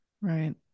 Right